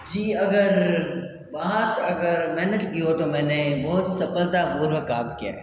जी अगर बात अगर मेहनत की हो तो मैंने बहुत सफलता पूर्वक काम किया है